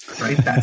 right